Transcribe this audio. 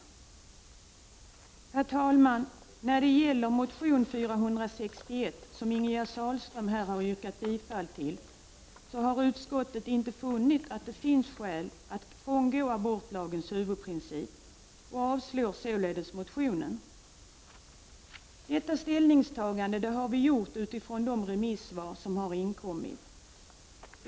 Herr talman! När det gäller motion S0461, som Ingegerd Sahlström här har yrkat bifall till, har utskottet inte funnit att det finns skäl att frångå abortlagens huvudprincip och avstyrker således motionen. Detta ställningstagande har vi gjort utifrån de remissvar som inkommit.